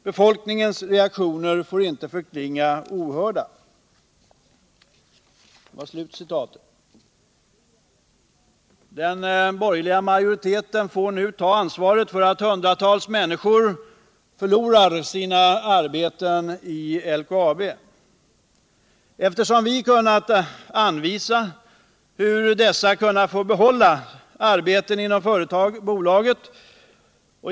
Befolkningens reaktioner får inte förklinga ohörda.” Vi har kunnat anvisa hur dessa människor kunnat få behålla sina arbeten inom bolaget.